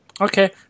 Okay